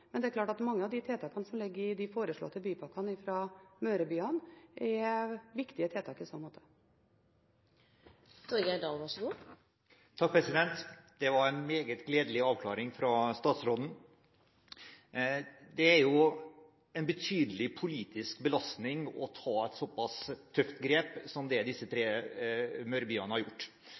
Men det er klart at mange av de tiltakene som ligger i de foreslåtte bypakkene fra mørebyene, er viktige tiltak i så måte. Det var en meget gledelig avklaring fra statsråden. Det er jo en betydelig politisk belastning å ta et såpass tøft grep som det disse tre mørebyene har gjort,